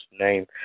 name